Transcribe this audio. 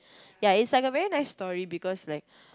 ya it's like a very nice story because like